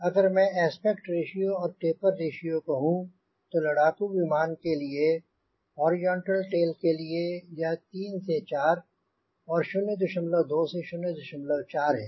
अगर मैं aspect ratio और टेपर रेश्यो कहूँ तो लड़ाकू विमान के लिए हॉरिजॉन्टल टेल के लिए यह 3 से 4 एवं 0 2 से 0 4 है